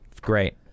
Great